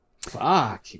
Fuck